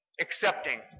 accepting